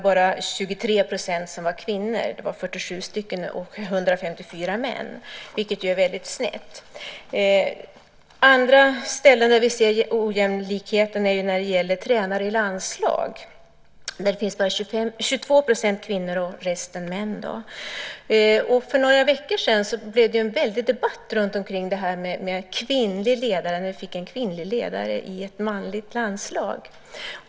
Bara 23 % var kvinnor, 47 kvinnor av 154 män, vilket ju är väldigt snett fördelat. Det råder ojämlikhet även när det gäller tränare för landslag. Av dem är 22 % kvinnor och resten män. För några veckor sedan uppstod det en väldig debatt om detta när det blev en kvinnlig ledare i ett manligt landslag.